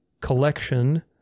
collection